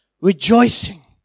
rejoicing